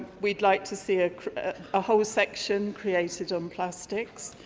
we would like to see a ah whole section created on plastics.